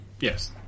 Yes